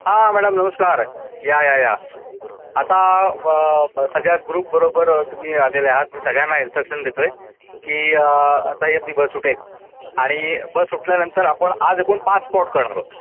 हां मॅडम नमस्कार या या या आता व् ब् सगळ्या ग्रूपबरोबर तुम्ही आलेले आहात मी सगळ्यांना इन्श्ट्रक्शन देतो आहे की आता ही आपली बस सुटेल आणि बस सुटल्यानंतर आपण आज एकूण पाच स्पॉट करणार आहोत